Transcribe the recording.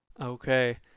Okay